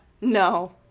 No